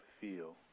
feel